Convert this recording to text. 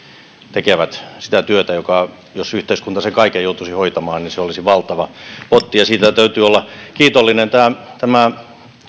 tekevät sitä työtä joka jos yhteiskunta sen kaiken joutuisi hoitamaan olisi valtava potti ja siitä täytyy olla kiitollinen tämä